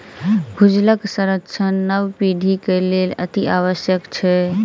भूजलक संरक्षण नव पीढ़ीक लेल अतिआवश्यक छै